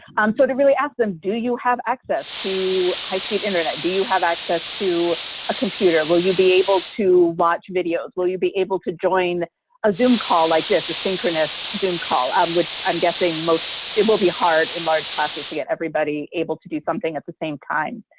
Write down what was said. um sort of really ask them do you have access to high speed internet, do you have access to a computer, will you be able to watch videos, will you be able to join a zoom call, like this, a synchronous zoom call, um which i'm guessing most, it will be hard in large classes to get everybody able to do something at the same time,